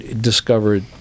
discovered